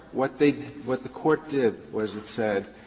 what they what the court did was it said,